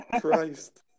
Christ